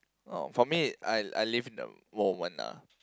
oh for me I I live in the moment lah